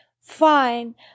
fine